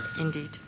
Indeed